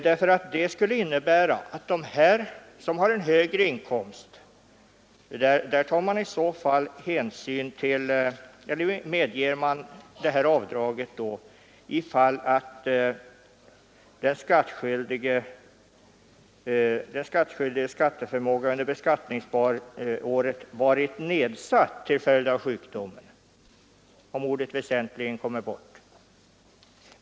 Det skulle nämligen innebära att den som har högre inkomst skulle medges avdrag ifall hans skatteförmåga under beskattningsåret varit nedsatt till följd av sjukdomen. Ordet väsentligen utgår.